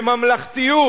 בממלכתיות,